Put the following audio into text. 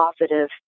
positive